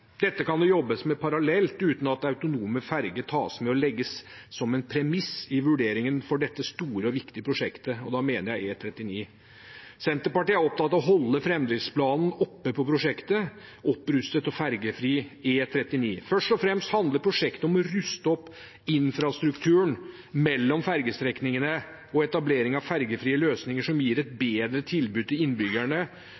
Dette kan det jobbes med parallelt uten at autonome ferjer tas med og legges som en premiss i vurderingen av dette store og viktige prosjektet – og da mener jeg E39. Senterpartiet er opptatt av å holde framdriftsplanen i prosjektet om en opprustet og ferjefri E39. Først og fremst handler prosjektet om å ruste opp infrastrukturen mellom ferjestrekningene og etablering av ferjefrie løsninger, noe som gir et